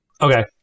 Okay